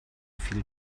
fiel